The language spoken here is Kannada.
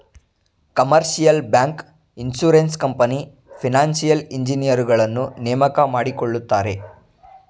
commercial bank, insurance company, financial ಇಂಜಿನಿಯರುಗಳನ್ನು ನೇಮಕ ಮಾಡಿಕೊಳ್ಳುತ್ತಾರೆ